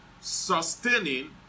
sustaining